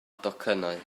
docynnau